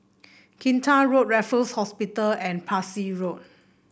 Kinta Road Raffles Hospital and Parsi Road